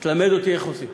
תלמד אותי איך עושים.